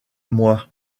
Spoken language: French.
moi